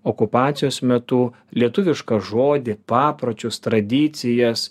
okupacijos metu lietuvišką žodį papročius tradicijas